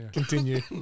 continue